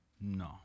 No